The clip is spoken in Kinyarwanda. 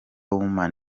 women